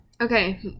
okay